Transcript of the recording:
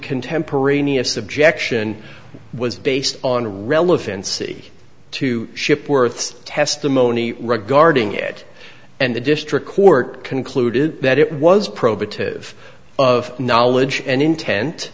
contemporaneous objection was based on relevancy to ship worth's testimony regarding it and the district court concluded that it was provocative of knowledge and intent